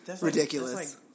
ridiculous